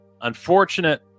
unfortunate